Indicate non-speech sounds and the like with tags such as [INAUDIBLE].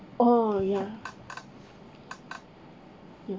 oh ya [NOISE]